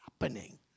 happening